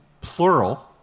plural